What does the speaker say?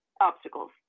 obstacles